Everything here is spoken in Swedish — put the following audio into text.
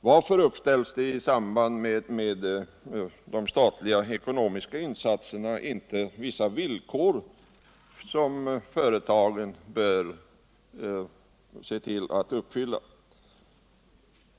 Varför uppställs det i samband med de statliga ekonomiska insatserna inte vissa villkor, som företagen bör se till att uppfylla?